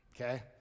okay